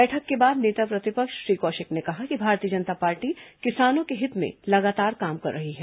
बैठक के बाद नेता प्रतिपक्ष श्री कौशिक ने कहा कि भारतीय जनता पार्टी किसानों के हित में लगातार काम कर रही है